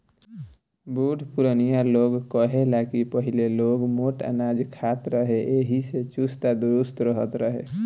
बुढ़ पुरानिया लोग कहे ला की पहिले लोग मोट अनाज खात रहे एही से चुस्त आ दुरुस्त रहत रहे